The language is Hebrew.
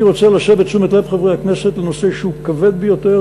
אני רוצה להסב את תשומת לב חברי הכנסת לנושא שהוא כבד ביותר,